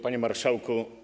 Panie Marszałku!